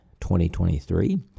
2023